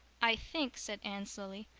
i think, said anne slowly,